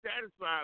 satisfied